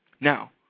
Now